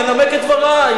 אני אנמק את דברי,